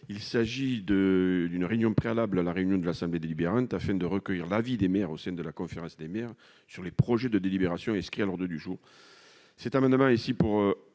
Il s'agit d'une réunion préalable à la réunion de l'assemblée délibérante, afin de recueillir l'avis des maires au sein de la conférence des maires sur les projets de délibération inscrits à l'ordre du jour. L'amendement a pour